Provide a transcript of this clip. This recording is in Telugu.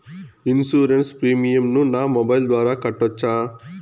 ఇన్సూరెన్సు ప్రీమియం ను నా మొబైల్ ద్వారా కట్టొచ్చా?